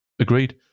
agreed